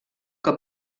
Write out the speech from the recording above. que